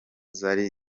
zari